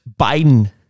Biden